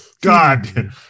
God